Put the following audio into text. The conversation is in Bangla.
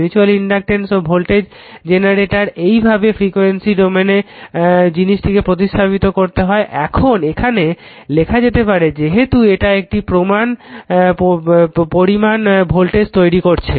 মিউচুয়াল ইনডাকটেন্স ও ভোল্টেজ জেনারেটর এইভাবে ফ্রিকুয়েন্সি ডোমেনে জিনিসটিকে প্রতিস্থাপিত করতে হয় এখানে লেখা যেতে পারে যেহেতু এটা একই পরিমাণ ভোল্টেজ তৈরি করছে